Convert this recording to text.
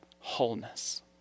Wholeness